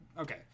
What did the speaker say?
Okay